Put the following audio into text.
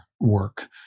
work